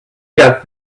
got